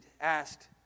asked